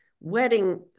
wedding